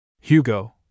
Hugo